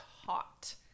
hot